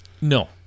No